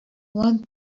one